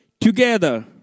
together